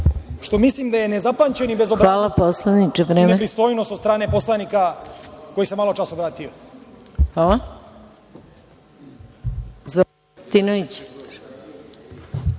što mislim da je nezapamćeni bezobrazluk i nepristojnost od stane poslanika koji se malo čas obratio.